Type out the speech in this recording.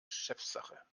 chefsache